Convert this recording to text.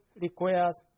requires